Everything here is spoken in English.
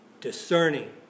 discerning